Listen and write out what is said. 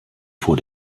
vor